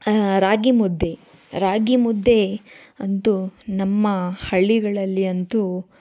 ರಾಗಿಮುದ್ದೆ ರಾಗಿಮುದ್ದೆ ಅಂತೂ ನಮ್ಮ ಹಳ್ಳಿಗಳಲ್ಲಿ ಅಂತೂ